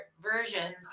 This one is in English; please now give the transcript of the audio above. versions